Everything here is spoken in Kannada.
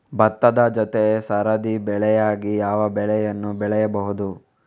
ಭತ್ತದ ಜೊತೆ ಸರದಿ ಬೆಳೆಯಾಗಿ ಯಾವ ಬೆಳೆಯನ್ನು ಬೆಳೆಯಬಹುದು?